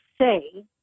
say